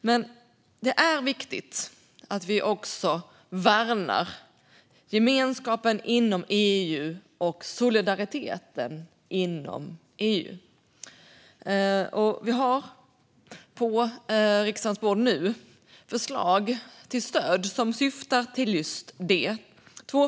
Men det är viktigt att vi värnar gemenskapen och solidariteten inom EU. Och vi har på riksdagens bord nu två förslag om stöd som syftar till just detta.